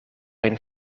een